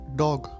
dog